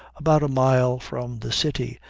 about a mile from the city,